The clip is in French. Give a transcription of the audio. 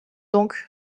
donc